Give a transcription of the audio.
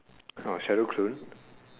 orh shadow clone